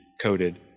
coded